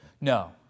No